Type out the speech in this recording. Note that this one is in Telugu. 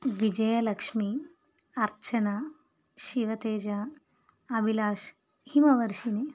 విజయలక్ష్మి అర్చన శివతేజ అభిలాష్ హిమ వర్షిని